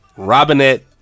Robinette